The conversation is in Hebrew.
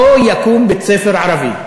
לא יקום בית-ספר ערבי.